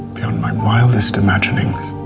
beyond my wildest imaginings.